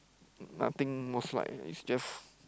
nothing most like it's just